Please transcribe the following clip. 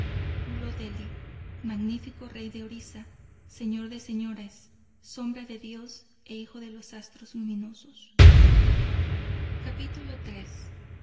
hermano de tippot dheli magnifico rey de orisa señor de señores sombra de dios e hijo de los astros luminosos es